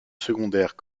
secondaire